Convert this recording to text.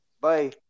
Bye